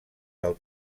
del